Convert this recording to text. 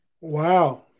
Wow